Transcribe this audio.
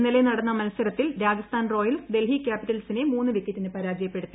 ഇന്നലെ നടന്ന മത്സരത്തിൽ രാജസ്ഥാൻ റോയൽസ് ഡൽഹി ക്യാപ്പിറ്റൽസിനെ മൂന്ന് വിക്കറ്റിന് പരാജയപ്പെടുത്തി